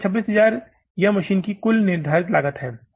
रुपए 26000 यह मशीन की कुल निर्धारित लागत है